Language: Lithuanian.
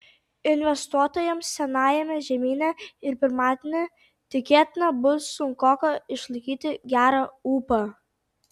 investuotojams senajame žemyne ir pirmadienį tikėtina bus sunkoka išlaikyti gerą ūpą